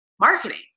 marketing